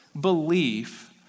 belief